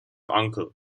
uncle